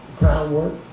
groundwork